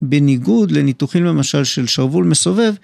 בניגוד לניתוחים למשל של שרוול מסובב.